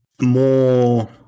more